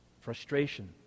frustration